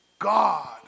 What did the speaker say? God